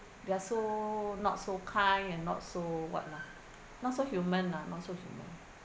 they are so not so kind and not so what lah not so human lah not so human